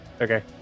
Okay